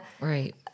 Right